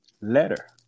letter